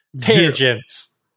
Tangents